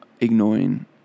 ignoring